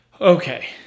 Okay